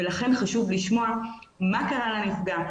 ולכן חשוב לשמוע מה קרה לנפגע,